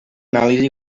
anàlisi